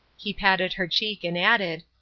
he patted her cheek and added,